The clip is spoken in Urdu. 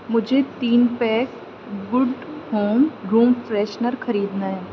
مجھے تین pack good home room freshener خریدنا ہے